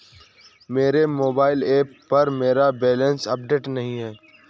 मेरे mobile app पर मेरा बैलेंस अपडेट नहीं है